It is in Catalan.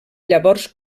llavors